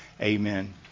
Amen